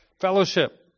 fellowship